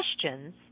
questions